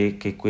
che